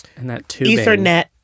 ethernet